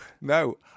No